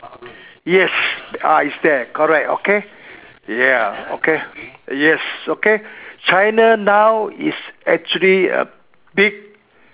yes ah it's there correct okay ya okay yes okay China now is actually a big